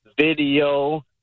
video